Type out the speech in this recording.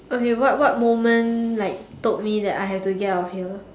okay what what moment like told me that I had to get out of here